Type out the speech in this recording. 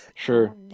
Sure